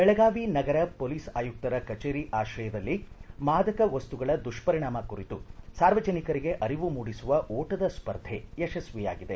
ಬೆಳಗಾವಿ ನಗರ ಪೊಲೀಸ್ ಆಯುಕ್ತರ ಕಚೇರಿ ಆಶ್ರಯದಲ್ಲಿ ಮಾದಕ ವಸ್ತುಗಳ ದುಷ್ಪರಿಣಾಮ ಕುರಿತು ಸಾರ್ವಜನಿಕರಿಗೆ ಅರಿವು ಮೂಡಿಸುವ ಓಟದ ಸ್ಪರ್ಧೆ ಯಶಸ್ವಿಯಾಗಿದೆ